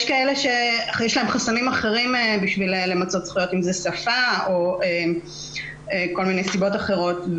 יש כאלה שיש להן חסמים אחרים למיצוי זכויות אם זה שפה או סיבות אחרות.